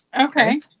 Okay